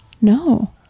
no